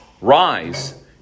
Rise